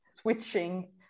switching